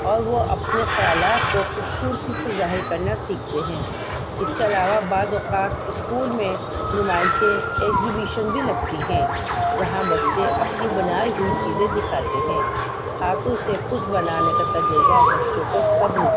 اور وہ اپنے خیالات کو خوبصورتی سے ظاہر کرنا سیکھتے ہیں اس کے علاوہ بعض اوقات اسکول میں نمائشیں ایگزیبیشن بھی لگتی ہیں جہاں بچے اپنی بنائی ہوئی چیزیں دکھاتے ہیں ہاتھوں سے کچھ بنانے کا تجربہ بچوں کو صبر